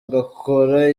ugakora